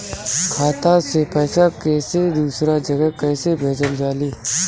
खाता से पैसा कैसे दूसरा जगह कैसे भेजल जा ले?